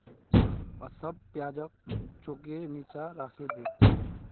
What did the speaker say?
सब प्याजक चौंकीर नीचा राखे दे